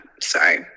sorry